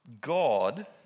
God